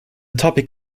topic